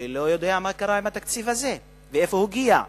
ולא יודע מה קרה עם התקציב הזה, לאן הוא הגיע.